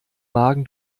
magen